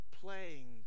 playing